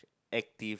active